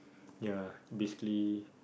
ya basically